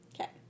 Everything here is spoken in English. Okay